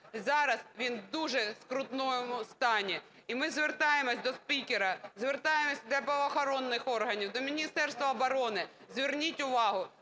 зараз він у дуже скрутному стані. І ми звертаємось до спікера, звертаємось до правоохоронних органів, до Міністерства оборони, зверніть увагу,